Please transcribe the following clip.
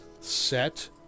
Set